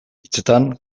hitzetan